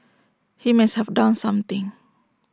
he must have done something